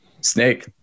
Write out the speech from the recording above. Snake